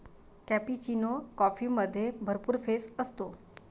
cappuccino कॉफीमध्ये भरपूर फेस असतो